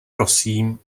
prosím